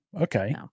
Okay